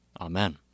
Amen